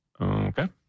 Okay